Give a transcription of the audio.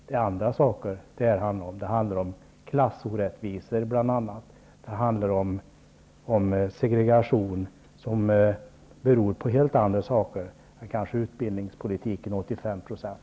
Det handlar om andra saker, bl.a. om klassorättvisor och segregation, som beror på något helt annat än utbildningspolitik och 85 %.